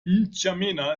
n’djamena